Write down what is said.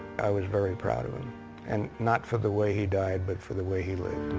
i was very proud and and not for the way he died, but for the way he lived.